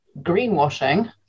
greenwashing